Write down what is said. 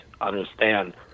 understand